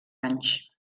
anys